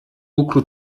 lucru